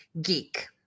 geek